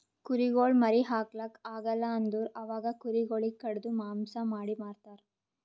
ಕುರಿಗೊಳ್ ಮರಿ ಹಾಕ್ಲಾಕ್ ಆಗಲ್ ಅಂದುರ್ ಅವಾಗ ಕುರಿ ಗೊಳಿಗ್ ಕಡಿದು ಮಾಂಸ ಮಾಡಿ ಮಾರ್ತರ್